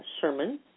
sermon